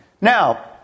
Now